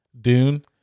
dune